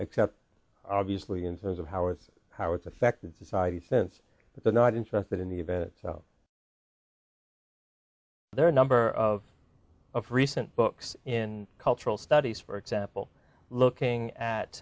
except obviously in terms of how it's how it's affected society sense that they're not interested in the events there are a number of of recent books in cultural studies for example looking at